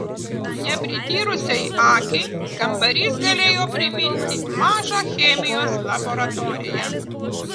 neprityrusiai akiai kambarys galėjo priminti mažą chemijos laboratoriją